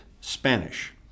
Spanish